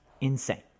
insane